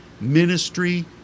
ministry